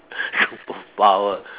superpower